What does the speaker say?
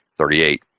thirty eight,